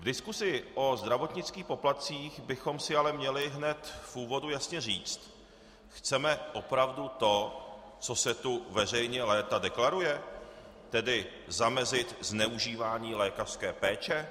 V diskusi o zdravotnických poplatcích bychom si ale měli hned v úvodu jasně říci chceme opravdu to, co se tu veřejně léta deklaruje, tedy zamezit zneužívání lékařské péče?